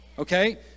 Okay